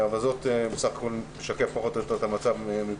אבל זה משקף פחות או יותר את המצב מבחינתנו.